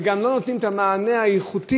וגם לא נותנים את המענה האיכותי,